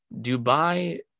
Dubai